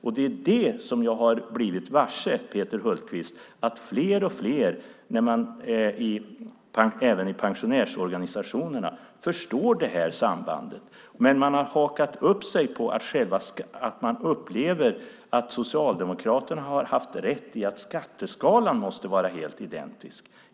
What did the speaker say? Jag har, Peter Hultqvist, blivit varse att fler och fler, även i pensionärsorganisationerna, förstår det sambandet, men man har hakat upp sig på skatteskalan; man upplever att Socialdemokraterna haft rätt i att skatteskalan måste vara helt identisk.